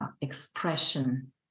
expression